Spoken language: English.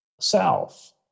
south